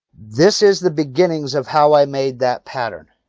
this is the beginnings of how i made that pattern.